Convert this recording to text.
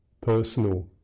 personal